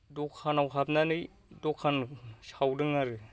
दखानाव हाबनानै दखान सावदों आरो